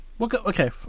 Okay